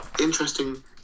interesting